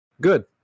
Good